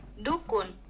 Dukun